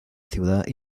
ciudad